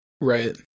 Right